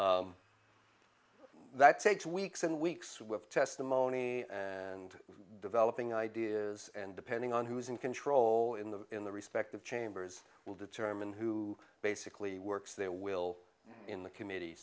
that takes weeks and weeks with testimony and developing ideas and depending on who's in control in the in the respective chambers will determine who basically works their will in the comm